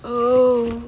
oh